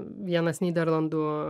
vienas nyderlandų